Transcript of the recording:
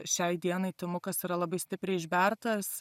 šiai dienai timukas yra labai stipriai išbertas